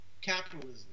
capitalism